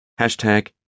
Hashtag